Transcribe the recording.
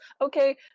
okay